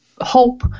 hope